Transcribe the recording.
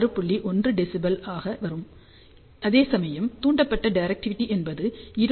1 dBi ஆக வரும் அதேசமயம் தூண்டப்பட்ட டைரக்டிவிட்டி என்பது 25